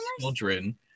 children